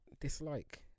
dislike